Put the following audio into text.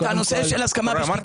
את הנושא של הסכמה